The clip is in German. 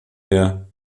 der